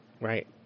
Right